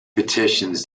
petitions